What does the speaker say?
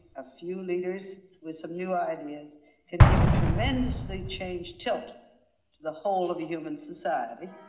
a few leaders with some new ideas can give a tremendously changed tilt to the whole of the human society.